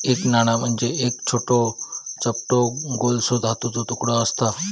एक नाणा म्हणजे एक छोटो, चपटो गोलसो धातूचो तुकडो आसता